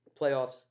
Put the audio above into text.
Playoffs